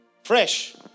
Fresh